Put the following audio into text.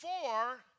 four